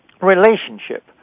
relationship